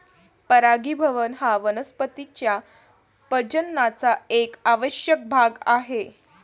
परागीभवन हा वनस्पतीं च्या प्रजननाचा एक आवश्यक भाग आहे